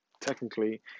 technically